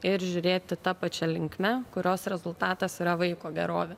ir žiūrėti ta pačia linkme kurios rezultatas yra vaiko gerovė